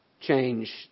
change